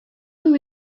who